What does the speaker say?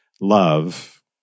love